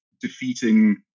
defeating